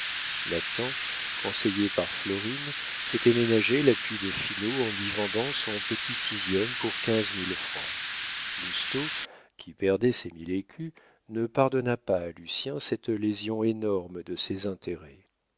conseillé par florine s'était ménagé l'appui de finot en lui vendant son petit sixième pour quinze mille francs lousteau qui perdait ses mille écus ne pardonna pas à lucien cette lésion énorme de ses intérêts